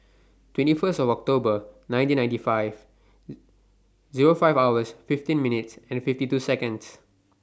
twenty First of October nineteen ninety five Zero five hours fifteen minutes and fifty two seonds